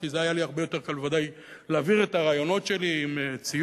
כי זה היה לי הרבה יותר קל בוודאי להעביר את הרעיונות שלי עם ציור.